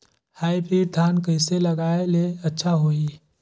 Hybrid धान कइसे लगाय ले अच्छा होही?